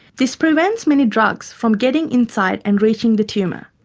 this prevents many drugs from getting inside and reaching the tumour.